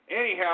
anyhow